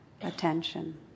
attention